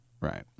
Right